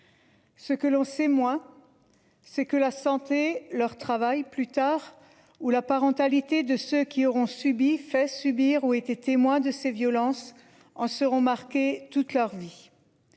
Ce que l'on sait moins. C'est que la santé leur travail plus tard ou la parentalité de ceux qui auront subit fait subir ou été témoin de ces violences en seront marquées toute leur vie.